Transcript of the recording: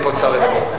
ופה צריך לדבר.